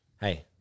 Hey